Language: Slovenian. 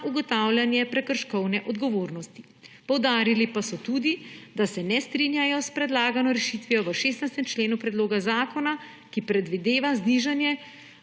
ugotavljanje prekrškovne odgovornosti. Poudarili pa so tudi, da se ne strinjajo s predlagano rešitvijo v 16. členu predloga zakona, ki predvideva znižanje